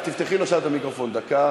אז תפתחי לו שם את המיקרופון לדקה.